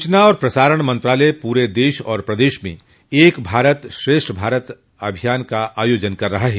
सूचना और प्रसारण मंत्रालय पूरे देश और प्रदेश में एक भारत श्रेष्ठ भारत अभियान का आयाजन कर रहा है